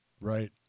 Right